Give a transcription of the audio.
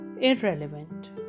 irrelevant